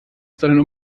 sondern